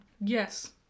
Yes